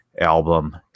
Album